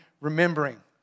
remembering